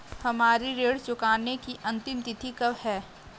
हमारी ऋण चुकाने की अंतिम तिथि कब है?